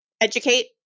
educate